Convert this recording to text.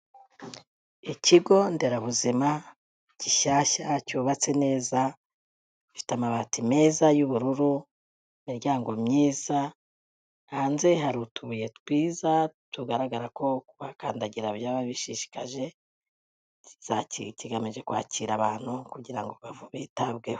Ikigo nderabuzima gishyashya cyubatse neza, gifite amabati meza y'ubururu, imiryango myiza, hanze hari utubuye twiza tugaragara ko kuhakandagira byaba bishishikaje, kigamije kwakira abantu kugira ngo bitabweho.